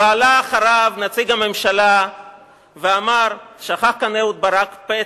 ועלה אחריו נציג הממשלה ואמר: שכח כאן אהוד ברק פתק.